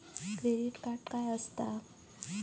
Credit card काय असता?